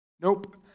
Nope